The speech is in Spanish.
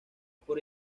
por